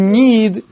need